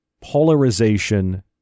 polarization